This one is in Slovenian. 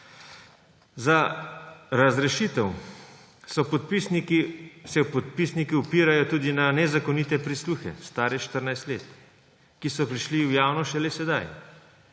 Za razrešitev se podpisniki upirajo tudi na nezakonite prisluhe, stare 14 let, ki so prišli v javnost šele sedaj.